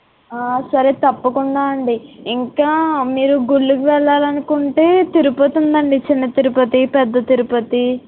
సరే తప్పకుండా అండి ఇంకా మీరు గుళ్ళకి వెళ్లాలనుకుంటే తిరపతి ఉందండి చిన్న తిరుపతి పెద్ద తిరుపతి